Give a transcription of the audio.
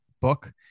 book